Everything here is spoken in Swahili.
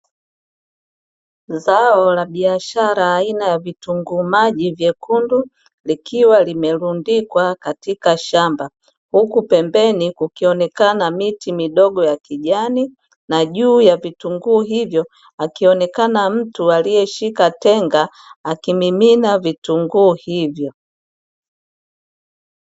Zao la biashara aina ya vitunguu maji vyekundu, likiwa limerundikwa katika shamba, huku pembeni kukionekana miti midogo ya kijani, na juu ya vitunguu hivyo akionekana mtu aliyeshika tenga akimimina vitunguu hivyo.